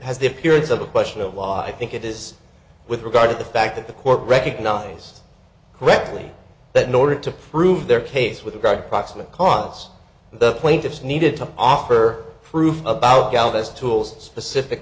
has the appearance of a question of why think it is with regard to the fact that the court recognized correctly that nor to prove their case with god proximate cause the plaintiffs needed to offer proof about galavis tools specific